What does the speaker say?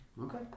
Okay